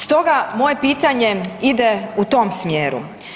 Stoga moje pitanje ide u tom smjeru.